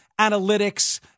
analytics